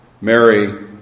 Mary